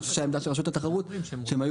אני חושב שהעמדה של רשות התחרות היא שהם היו